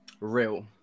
Real